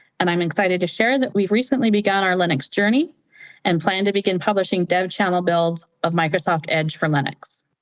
and i'm excited to share that we've recently begun our linux journey and plan to begin publishing dev channel builds of microsoft edge for linux.